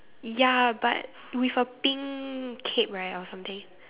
ya but with a pink cape right or something